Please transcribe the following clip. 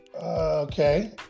okay